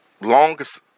longest